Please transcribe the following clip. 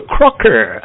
Crocker